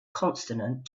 consonant